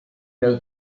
know